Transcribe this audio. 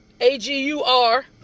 A-G-U-R